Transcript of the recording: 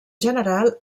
general